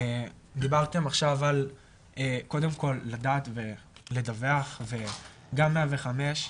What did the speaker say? דיברתם עכשיו על קודם כל לדעת ולדווח וגם 105,